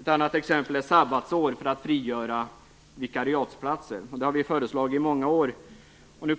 Ett annat exempel är sabbatsår för att frigöra vikariatplatser. Det har vi föreslagit i många år. Nu